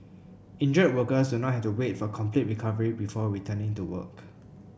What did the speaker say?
injured workers do not have to wait for complete recovery before returning to work